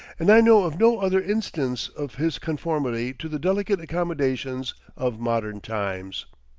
and i know of no other instance of his conformity to the delicate accommodations of modern times.